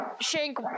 Shank